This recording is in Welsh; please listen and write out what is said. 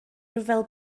ryfel